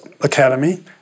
academy